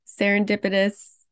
serendipitous